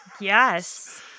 Yes